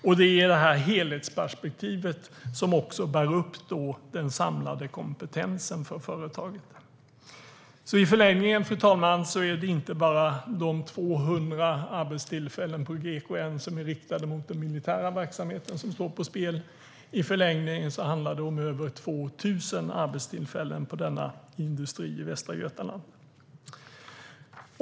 Det är också det här helhetsperspektivet som bär upp den samlade kompetensen för företaget. I förlängningen, fru talman, är det därför inte bara de 200 arbetstillfällen på GKN som är riktade mot den militära verksamheten som står på spel. I förlängningen handlar det om över 2 000 arbetstillfällen inom denna industri i Västra Götaland.